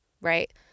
right